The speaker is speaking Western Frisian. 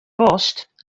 wolst